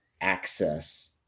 access